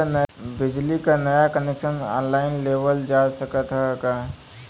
बिजली क नया कनेक्शन ऑनलाइन लेवल जा सकत ह का?